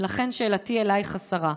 לכן שאלתי אלייך, השרה: